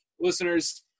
Listeners